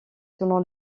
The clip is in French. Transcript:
selon